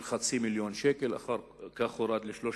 של חצי מיליון שקל, אחר כך זה ירד ל-300